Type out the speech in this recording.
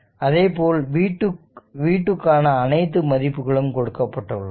அதேபோல் v2 t க்கான அனைத்து மதிப்புகளும் கொடுக்கப்பட்டுள்ளன